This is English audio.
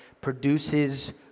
produces